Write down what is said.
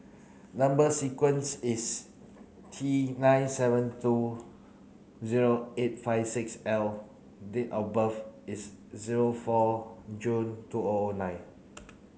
number sequence is T nine seven two zero eight five six L date of birth is zero four June two O O nine